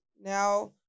now